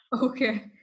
okay